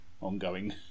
ongoing